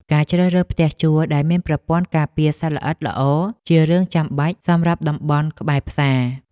ការជ្រើសរើសផ្ទះជួលដែលមានប្រព័ន្ធការពារសត្វល្អិតល្អជារឿងចាំបាច់សម្រាប់តំបន់ក្បែរផ្សារ។